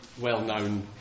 well-known